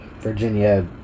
Virginia